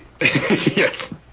Yes